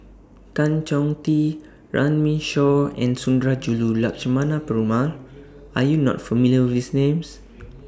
Tan Chong Tee Runme Shaw and Sundarajulu Lakshmana Perumal Are YOU not familiar with These Names